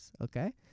Okay